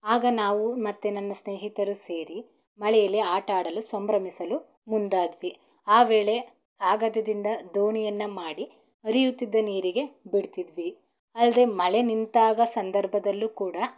ಆಗ ನಾವು ಮತ್ತು ನನ್ನ ಸ್ನೇಹಿತರು ಸೇರಿ ಮಳೆಯಲ್ಲಿ ಆಟ ಆಡಲು ಸಂಭ್ರಮಿಸಲು ಮುಂದಾದ್ವಿ ಆ ವೇಳೆ ಕಾಗದದಿಂದ ದೋಣಿಯನ್ನು ಮಾಡಿ ಹರಿಯುತ್ತಿದ್ದ ನೀರಿಗೆ ಬಿಡ್ತಿದ್ವಿ ಅಲ್ದೇ ಮಳೆ ನಿಂತ ಸಂದರ್ಭದಲ್ಲೂ ಕೂಡ